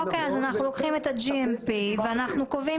אז אנחנו לוקחים את ה-GMP ואנחנו קובעים